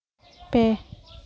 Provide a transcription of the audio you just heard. ᱯᱮ